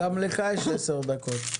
גם לך יש עשר דקות,